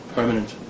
permanent